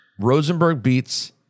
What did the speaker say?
rosenbergbeats